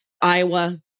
Iowa